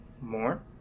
more